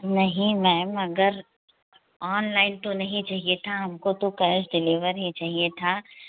नहीं मैम अगर ऑनलाइन तो नहीं चाहिए था हम को तो केस डिलीवर ही चाहिए था